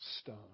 stone